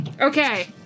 Okay